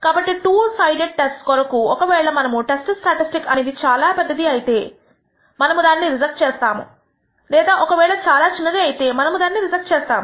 కాబట్టి two sided tests కొరకు ఒకవేళ మనము టెస్ట్ స్టాటిస్టిక్ అనేది చాలా పెద్దది అయితే మనము దానిని రిజెక్ట్ చేస్తాము లేదా ఒక వేళ చాలా చిన్నది అయితే మనము దానిని రిజెక్ట్ చేస్తాము